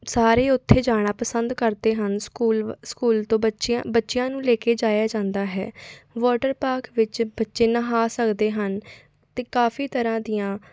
ਸਾਰੇ ਉੱਥੇ ਜਾਣਾ ਪਸੰਦ ਕਰਦੇ ਹਨ ਸਕੂਲ ਸਕੂਲ ਤੋਂ ਬੱਚਿਆਂ ਬੱਚਿਆਂ ਨੂੰ ਲੈ ਕੇ ਜਾਇਆ ਜਾਂਦਾ ਹੈ ਵੋਟਰ ਪਾਕ ਵਿੱਚ ਬੱਚੇ ਨਹਾ ਸਕਦੇ ਹਨ ਅਤੇ ਕਾਫੀ ਤਰ੍ਹਾਂ ਦੀਆਂ